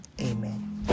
amen